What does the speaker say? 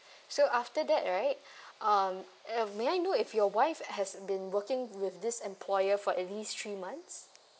so after that right um and may I know if your wife has been working with this employer for at least three months